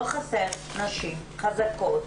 לא חסר נשים חזקות,